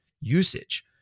usage